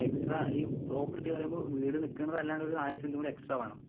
extra ഈ property പറയുമ്പോൾ വീട് നിക്കണതല്ലാണ്ട് ഒരു നാലു സെൻറ്റും കൂടെ എക്സ്ട്രാ വേണം